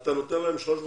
אתה נותן להם 350